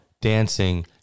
dancing